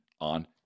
on